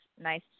nice